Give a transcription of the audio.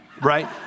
right